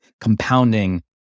compounding